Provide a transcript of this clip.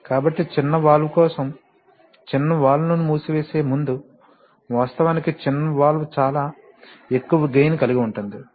కాబట్టి చిన్న వాల్వ్ కోసం చిన్న వాల్వ్ లను మూసివేసే ముందు వాస్తవానికి చిన్న వాల్వ్ చాలా ఎక్కువ గెయిన్ కలిగి ఉంటుంది